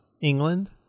England